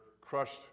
crushed